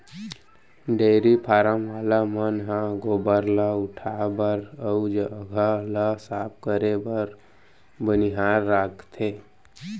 dairy farm वाला मन ह गोबर ल उठाए बर अउ जघा ल साफ करे बर बनिहार राखथें